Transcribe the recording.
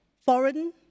Foreign